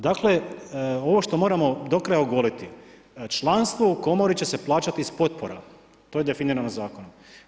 Dakle, ovo što moramo do kraja ogoliti, članstvo u Komori će se plaćati iz potpora, to je definirano zakonom.